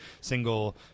single